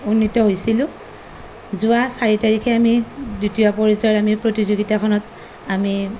উন্নীত হৈছিলোঁ যোৱা চাৰি তাৰিখে আমি দ্বিতীয় পৰ্যায়ৰ আমি প্ৰতিযোগিতাখনত আমি